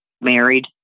married